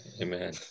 Amen